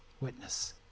witness